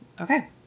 Okay